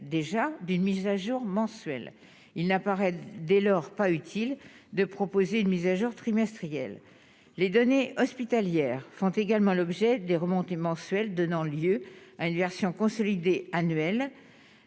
déjà des mises à jour mensuelle il n'apparaît dès lors pas utile de proposer une mise à jour trimestrielle les données hospitalières font également l'objet de les remonter mensuelle donnant lieu à une version consolidé annuel